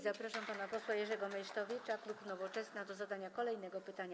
Zapraszam pana posła Jerzego Meysztowicza, klub Nowoczesna, do zadania kolejnego pytania.